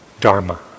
Dharma